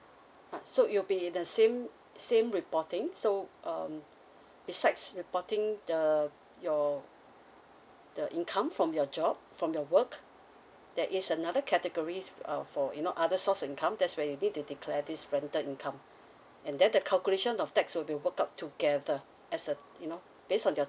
uh so it'll be the same same reporting so um besides reporting the your the income from your job from your work there is another category uh for you know other source of income that's where you need to declare this rental income and then the calculation of tax will be worked up together as uh you know based on your